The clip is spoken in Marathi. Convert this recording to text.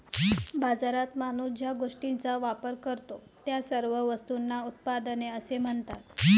बाजारात माणूस ज्या गोष्टींचा वापर करतो, त्या सर्व वस्तूंना उत्पादने असे म्हणतात